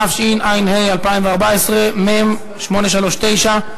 התשע"ה 2014, מ/839.